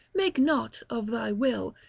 make not, of thy will,